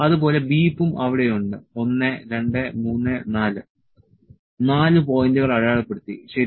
അതുപോലെ ബീപ്പും അവിടെയുണ്ട് 1 2 3 4 4 പോയിന്റുകൾ അടയാളപ്പെടുത്തി ശരി